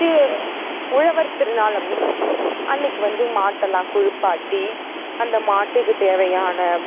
தி உழவர் திருநாள் அன்னைக்கு வந்து மாட்டெல்லாம் குளிப்பாட்டி அந்த மாட்டுக்குத் தேவையான